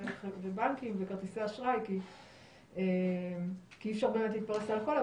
בנקים וכרטיסי אשראי כי אי אפשר להתפרס על הכול.